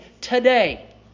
today